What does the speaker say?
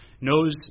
knows